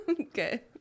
Okay